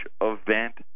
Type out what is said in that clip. event